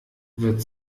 wird